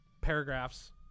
paragraphs